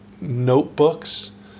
notebooks